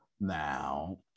Now